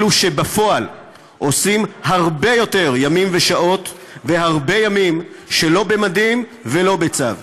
אלו שבפועל עושים הרבה יותר ימים ושעות והרבה ימים שלא במדים ולא בצו.